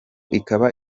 ikaba